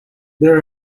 there